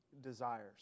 desires